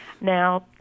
Now